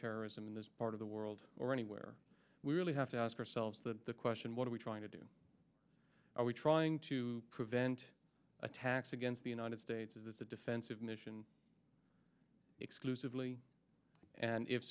terrorism in this part of the world or anywhere we really have to ask ourselves the question what are we trying to do are we trying to prevent attacks against the united states is this a defensive mission exclusively and if